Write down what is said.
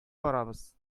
барабыз